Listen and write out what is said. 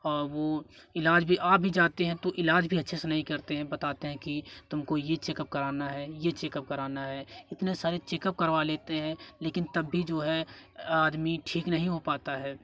और वो इलाज भी आ भी जाते हैं तो इलाज भी अच्छे से नहीं करते हैं बताते हैं कि तुमको ये चेकअप कराना है ये चेकअप कराना है इतने सारे चेकअप करवा लेते हैं लेकिन तब भी जो है आदमी ठीक नहीं हो पता है